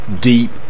deep